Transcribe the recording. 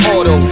Auto